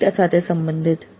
નૈતિકતા સાથે સંબંધિત